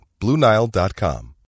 BlueNile.com